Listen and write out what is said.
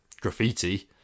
Graffiti